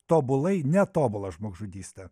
tobulai netobula žmogžudyste